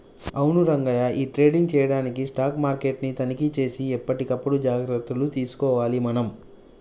అవును రంగయ్య ఈ ట్రేడింగ్ చేయడానికి స్టాక్ మార్కెట్ ని తనిఖీ సేసి ఎప్పటికప్పుడు జాగ్రత్తలు తీసుకోవాలి మనం